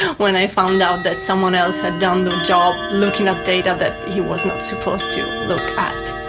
when i found out that someone else had done the job, looking at data that he was not supposed to look at.